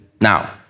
Now